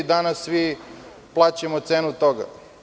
Danas mi plaćamo cenu toga.